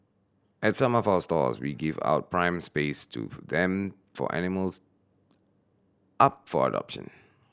at some of our stores we give out prime space to them for animals up for adoption